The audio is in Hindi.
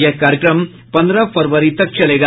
यह कार्यक्रम पंद्रह फरवरी तक चलेगा